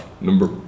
Number